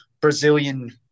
Brazilian